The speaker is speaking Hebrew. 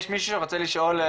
יש מישהו שרוצה לשאול,